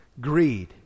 greed